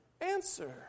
answer